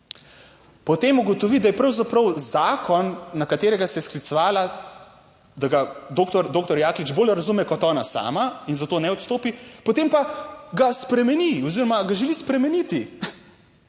Potem ugotovi, da je pravzaprav zakon, na katerega se je sklicevala, da ga doktor doktor Jaklič bolj razume kot ona sama in zato ne odstopi, potem pa ga spremeni oziroma ga želi spremeniti.